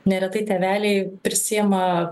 neretai tėveliai prisiima